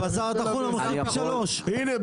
הנה,